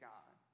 God